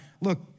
Look